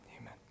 amen